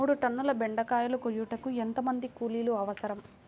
మూడు టన్నుల బెండకాయలు కోయుటకు ఎంత మంది కూలీలు అవసరం?